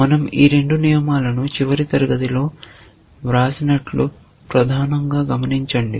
మనం ఈ రెండు నియమాలను చివరి తరగతిలో వ్రాసినట్లు ప్రధానంగా గమనించండి